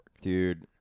Dude